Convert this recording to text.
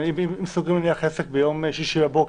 אם סוגרים לך עסק ביום שישי בבוקר.